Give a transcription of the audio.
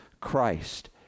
Christ